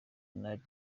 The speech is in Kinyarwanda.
nari